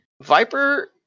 viper